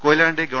കൊയിലാണ്ടി ഗവ